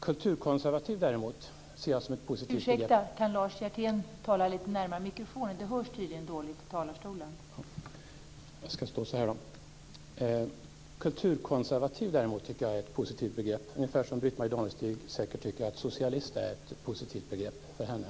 Kulturkonservativ tycker jag däremot är ett positivt begrepp, ungefär som Britt-Marie Danestig säkert tycker att socialist är ett positivt begrepp för henne.